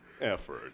effort